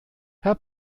herr